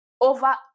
Over